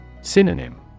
Synonym